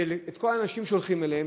ואת כל האנשים שולחים אליהם.